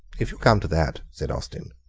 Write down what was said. if you come to that, said austin,